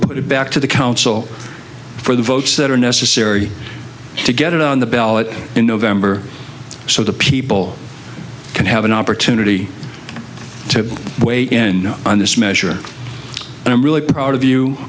put it back to the council for the votes that are necessary to get it on the ballot in november so the people can have an opportunity to weigh in on this measure and i'm really proud of